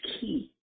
key